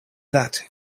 that